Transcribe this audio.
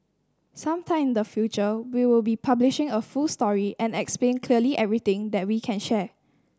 some time in the future we will be publishing a full story and explain clearly everything that we can share